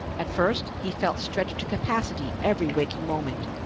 at first he felt stretched to capacity every waking moment,